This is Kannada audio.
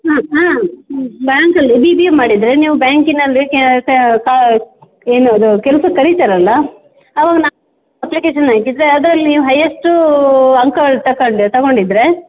ಹಾಂ ಹಾಂ ಬ್ಯಾಂಕಲ್ಲಿ ಬಿ ಬಿ ಎ ಮಾಡಿದರೆ ನೀವು ಬ್ಯಾಂಕಿನಲ್ಲಿ ಏನು ಅದು ಕೆಲ್ಸಕ್ಕೆ ಕರೀತಾರಲ್ಲ ಅವಾಗ ನಾ ಅಪ್ಲಿಕೇಶನ್ ಹಾಕಿದರೆ ಅದ್ರಲ್ಲಿ ನೀವು ಹೈಯಸ್ಟು ಅಂಕಗಳು ತಕೊಂಡ್ರೆ ತಗೊಂಡಿದ್ದರೆ